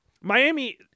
Miami